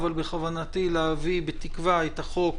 אבל בכוונתי להביא בתקווה את החוק